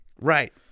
Right